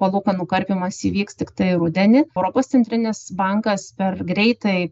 palūkanų karpymas įvyks tiktai rudenį europos centrinis bankas per greitai